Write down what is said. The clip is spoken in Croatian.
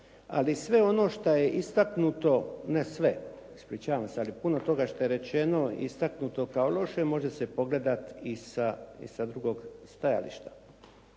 Ali sve ono što je istaknuto, ne sve, ispričavam se, ali puno toga što je rečeno istaknuto kao loše, može se pogledati i sa drugog stajališta.